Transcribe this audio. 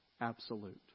absolute